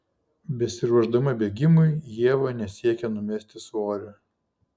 besiruošdama bėgimui ieva nesiekia numesti svorio